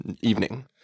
evening